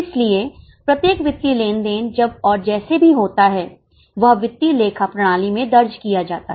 इसलिए प्रत्येक वित्तीय लेन देन जब और जैसे भी होता है वह वित्तीय लेखा प्रणाली में दर्ज किया जाता है